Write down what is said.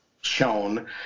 shown